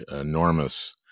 enormous